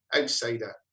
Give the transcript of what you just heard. outsider